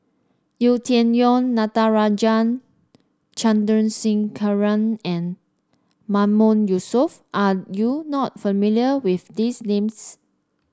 Yau Tian Yau Natarajan Chandrasekaran and Mahmood Yusof are you not familiar with these names